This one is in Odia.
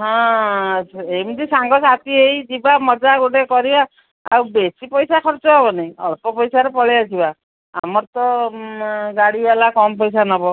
ହଁ ଆଚ୍ଛା ଏମିତି ସାଙ୍ଗ ସାଥି ହୋଇ ଯିବା ମଜା ଗୋଟେ କରିବା ଆଉ ବେଶୀ ପଇସା ଖର୍ଚ୍ଚ ହବନି ଅଳ୍ପ ପଇସାରେ ପଳେଇଆସିବା ଆମର ତ ଗାଡ଼ି ବାଲା କମ୍ ପଇସା ନେବ